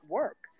work